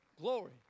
Glory